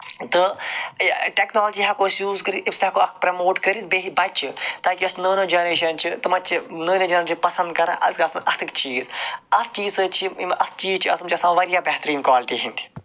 تہٕ ٹیٚکنالجی ہیٚکو أسۍ یوٗز کٔرِتھ أسۍ تہِ ہیٚکو اتھ پرَموٹ کٔرِتھ بیٚیہِ بَچہِ تاکہِ یوٚس نٔو نٔو جَنریشَن چھ نٔو نٔو جَنریشَن چھ پَسَنٛد کران اَسہِ گَژھَن اَتھٕکۍ چیٖز اتھٕ چیٖز سۭتۍ چھِ یِم اتھٕ چیٖز چھِ آسان تم چھِ آسان واریاہ بہتریٖن کالٹی ہٕنٛدۍ